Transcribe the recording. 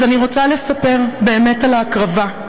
אז אני רוצה לספר באמת על ההקרבה.